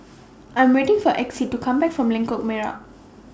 I Am waiting For Exie to Come Back from Lengkok Merak